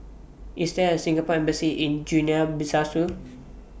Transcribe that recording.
IS There A Singapore Embassy in Guinea